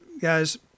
guys